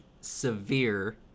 severe